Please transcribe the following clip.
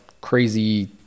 crazy